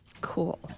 Cool